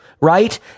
right